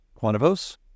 Quantivos